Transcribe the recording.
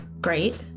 great